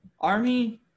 Army